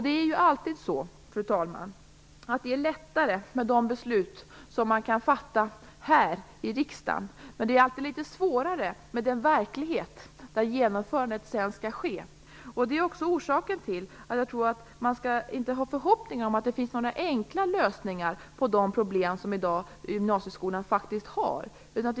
Det är alltid så, fru talman, att det är lättare att fatta beslut här i riksdagen men svårare att genomföra dem i verkligheten. Det är också orsaken till att man inte skall ha förhoppningar om att det finns några enkla lösningar på de problem som gymnasieskolan faktiskt har i dag.